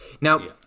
Now